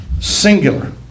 Singular